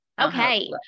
Okay